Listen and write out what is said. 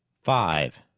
five,